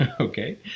Okay